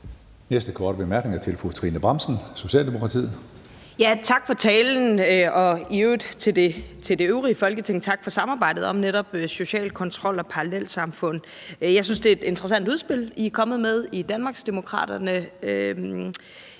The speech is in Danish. næste korte bemærkning er til fru Trine Bramsen, Socialdemokratiet. Kl. 15:10 Trine Bramsen (S): Tak for talen, og også tak til det øvrige Folketing for samarbejdet om netop social kontrol og parallelsamfund. Jeg synes, det er et interessant udspil, I er kommet med i Danmarksdemokraterne.